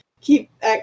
Keep